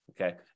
Okay